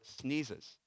sneezes